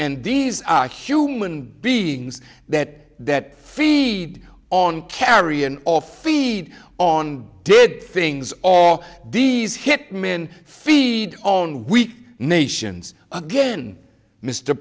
and these are human beings that feed on carry and of feed on did things all these hit men feed on weak nations again mr